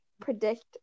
predict